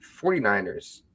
49ers